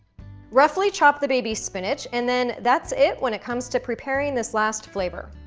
roughly chop the baby spinach, and then that's it when it comes to preparing this last flavor.